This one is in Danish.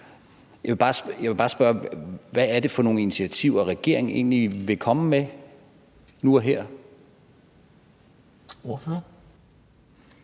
Jeg vil bare spørge, hvad det er for nogle initiativer, regeringen egentlig vil komme med nu og her.